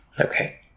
Okay